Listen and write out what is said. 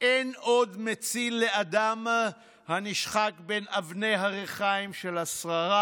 אין עוד מציל לאדם הנשחק בין אבני הריחיים של השררה".